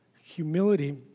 humility